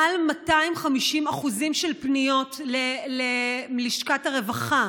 במעל 250%, בפניות ללשכת הרווחה,